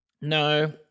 No